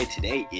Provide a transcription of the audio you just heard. Today